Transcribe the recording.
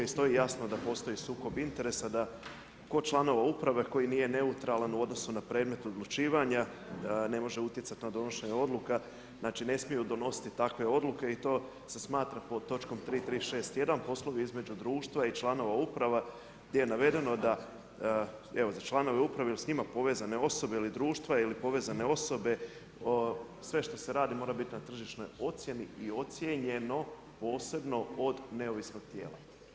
I stoji jasno da postoji sukob interesa, da ko članova uprave koji nije neutralan u odnosu na predmet odlučivanja, ne može utjecati na donošenje odluka, znači ne smiju donositi takve odluke i to se smatra pod točkom 3.3.6.1. poslovi između društva i članova uprava, gdje je navedeno, da evo, za članove uprave i s njima povezane osobe ili društva ili povezane osobe, sve što se radi mora biti na tržišnoj ocjeni i ocjenjeno posebno od neovisnog tijela.